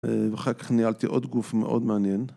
ואחר כך ניהלתי עוד גוף מאוד מעניין.